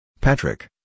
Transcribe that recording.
Patrick